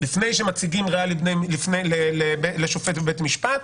אז שלפני שמציגים ראיה לשופט בבית משפט,